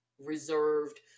reserved